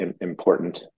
important